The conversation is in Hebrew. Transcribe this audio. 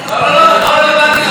לא רלוונטי למדע.